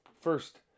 First